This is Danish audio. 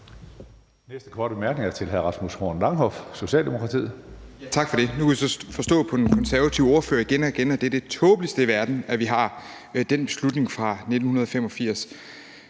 næste korte bemærkning er til hr. Rasmus Horn Langhoff, Socialdemokratiet.